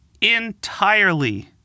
entirely